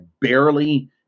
barely